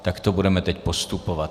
Takto budeme teď postupovat.